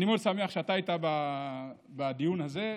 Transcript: אני מאוד שמח שאתה היית בדיון הזה,